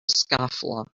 scofflaw